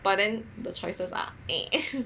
but then the choices are